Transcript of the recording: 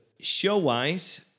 Show-wise